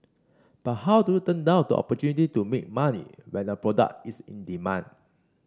but how do you turn down the opportunity to make money when a product is in demand